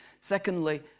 Secondly